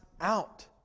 out